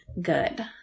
good